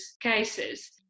cases